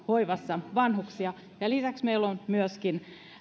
hoivassa ja lisäksi meillä on myöskin